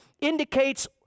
indicates